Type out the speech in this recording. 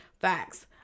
Facts